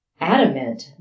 adamant